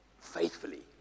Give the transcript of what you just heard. faithfully